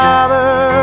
Father